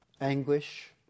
anguish